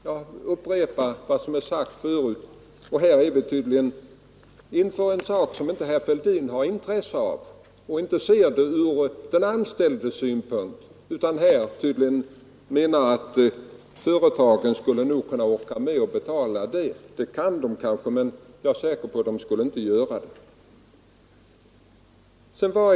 Jag upprepar alltså vad jag sagt förut. Men här står vi tydligen inför en sak som herr Fälldin inte har intresse av. Han ser den inte ur de anställdas synpunkt utan menar att företagen skulle nog orka med detta. Det skulle de kanske, men jag är säker på att företagen inte skulle betala sådana kostnader.